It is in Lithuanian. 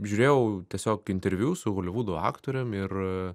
žiūrėjau tiesiog interviu su holivudo aktorium ir